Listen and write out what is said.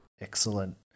Excellent